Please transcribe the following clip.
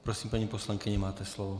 Prosím, paní poslankyně, máte slovo.